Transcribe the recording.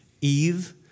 eve